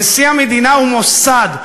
נשיא המדינה הוא מוסד,